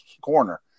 corner